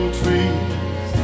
trees